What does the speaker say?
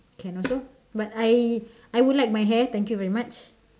can also but I I would like my hair thank you very much